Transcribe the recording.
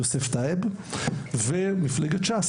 יוסף טייב ומפלגת ש״ס.